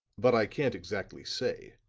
but i can't exactly say.